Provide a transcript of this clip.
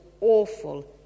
awful